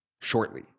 shortly